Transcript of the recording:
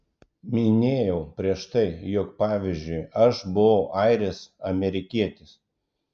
minėjau prieš tai jog pavyzdžiui aš buvau airis amerikietis